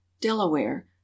Delaware